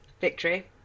Victory